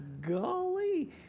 golly